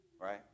right